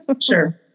Sure